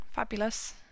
Fabulous